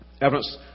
evidence